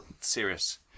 Serious